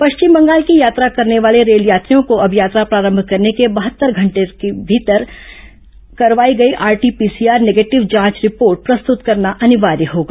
पश्चिम बंगाल की यात्रा करने वाले रेल यात्रियों को अब यात्रा प्रारंभ करने के बहत्तर घंटे के भीतर करवाई गई आरटी पीसीआर नेगेटिव जांच रिपोर्ट प्रस्तुत करना अनिवार्य होगा